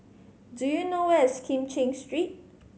do you know where is Kim Cheng Street